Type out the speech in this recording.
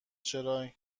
چرا